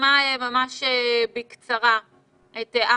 אחמד שייח מוחמד,